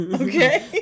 okay